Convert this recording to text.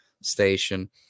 station